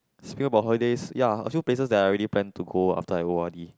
speaking about holidays ya a few places that I already plan to go after I o_r_d